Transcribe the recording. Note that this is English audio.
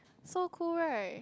so cool right